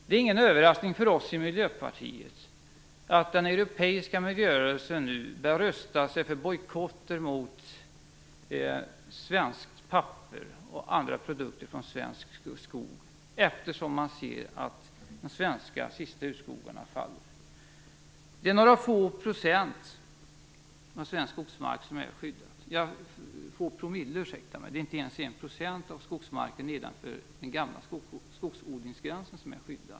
Det är ingen överraskning för oss i Miljöpartiet att den europeiska miljörörelsen börjar rösta för bojkotter mot svenskt papper och andra produkter från svensk skog när man ser att de sista svenska urskogarna faller. Det är några få promille av svensk skogsmark nedanför den gamla odlingsgränsen som är skyddad.